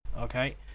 Okay